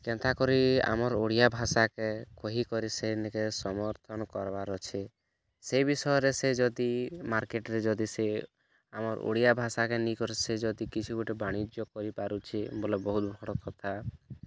କେନ୍ତା କରି ଆମର୍ ଓଡ଼ିଆ ଭାଷାକେ କହିକରି ସେ ନେକେ ସମର୍ଥନ କର୍ବାର୍ ଅଛି ସେ ବିଷୟରେ ସେ ଯଦି ମାର୍କେଟରେ ଯଦି ସେ ଆମର୍ ଓଡ଼ିଆ ଭାଷା କେ ନିକରି ସେ ଯଦି କିଛି ଗୋଟେ ବାଣିଜ୍ୟ କରି ପାରୁଛି ବୋଲେ ବହୁତ ବଡ଼ କଥା